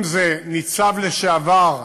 אם זה ניצב לשעבר,